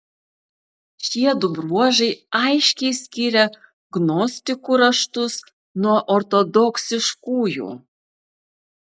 šiedu bruožai aiškiai skiria gnostikų raštus nuo ortodoksiškųjų